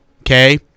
Okay